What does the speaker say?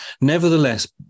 Nevertheless